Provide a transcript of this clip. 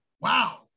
Wow